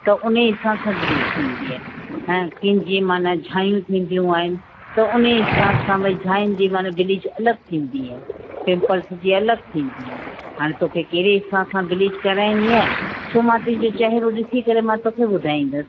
त उन हिसाब सां ब्लीच थींदी आहे ऐं कीअं जीअं माना झायू थींदियूं आहिनि त उनजे हिसाब सां भाई झायुनि जी माना ब्लीच अलॻि थींदी आहे पिंपल्स जी अलॻि थींदी आहे हाणे तोखे कहिड़े हिसाब ब्लीच कराइणी आहे सो मां तुंहिंजो चहेरो ॾिसी करे मां तोखे ॿुधाईंदसि